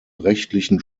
rechtlichen